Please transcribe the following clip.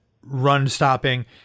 run-stopping